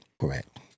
Correct